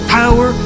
power